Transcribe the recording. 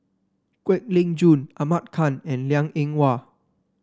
Kwek Leng Joo Ahmad Khan and Liang Eng Hwa